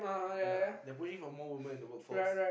ya they're pushing for more woman in the work force